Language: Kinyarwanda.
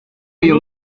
uyu